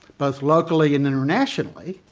both locally and internationally,